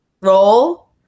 Roll